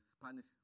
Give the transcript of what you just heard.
Spanish